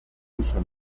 uso